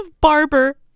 Barber